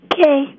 Okay